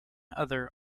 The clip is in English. other